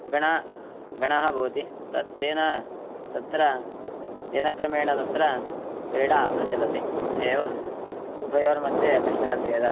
गणः गणः भवति तत्तेन तत्र तेन क्रमेण तत्र क्रीडा प्रचलति एवम् उभयोर्मध्ये कश्चन भेदः